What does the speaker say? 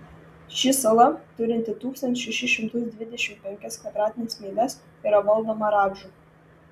ši sala turinti tūkstantį šešis šimtus dvidešimt penkias kvadratines mylias yra valdoma radžų